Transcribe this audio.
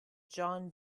john